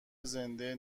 زنده